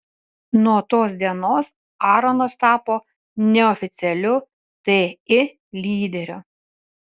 nuo tos dienos aronas tapo neoficialiu ti lyderiu